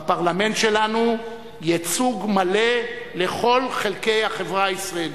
בפרלמנט שלנו ייצוג מלא לכל חלקי החברה הישראלית.